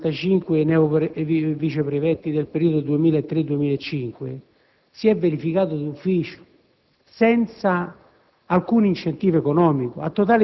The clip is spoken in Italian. Il trasferimento per i 65 neoviceprefetti del periodo 2003‑2005 si è verificato d'ufficio, senza